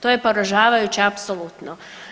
To je poražavajuće apsolutno.